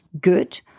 good